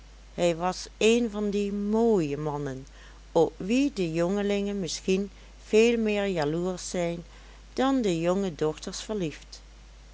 hij was een van die mooie mannen op wie de jongelingen misschien veel meer jaloersch zijn dan de jonge dochters verliefd